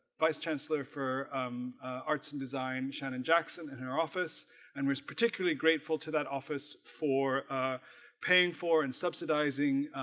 vice chancellor for um arts and design shannon jackson in her office and was particularly grateful to that office for paying for and subsidizing